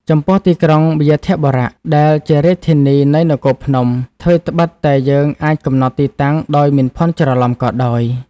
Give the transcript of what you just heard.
ចំពោះទីក្រុង វ្យាធបុរៈ ដែលជារាជធានីនៃ នគរភ្នំ ថ្វីត្បិតតែយើងអាច កំណត់ទីតាំងដោយមិនភ័ន្តច្រឡំក៏ដោយ។